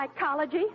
psychology